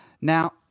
Now